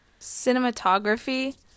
cinematography